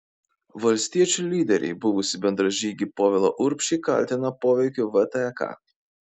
valstiečių lyderiai buvusį bendražygį povilą urbšį kaltina poveikiu vtek